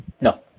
No